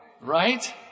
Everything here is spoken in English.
right